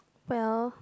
well